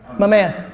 my man.